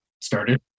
started